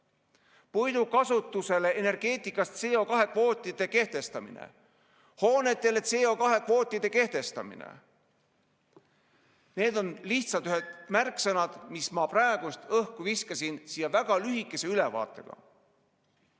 Puidu kasutusele energeetikas CO2kvootide kehtestamine, hoonetele CO2kvootide kehtestamine. Need on lihtsalt mõned märksõnad, mis ma praegu siia õhku viskasin väga lühikese ülevaatega.